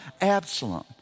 Absalom